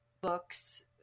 books